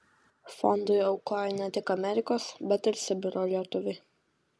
fondui aukoja ne tik amerikos bet ir sibiro lietuviai